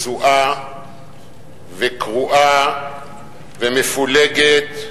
שסועה, וקרועה, ומפולגת,